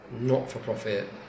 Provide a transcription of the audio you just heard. not-for-profit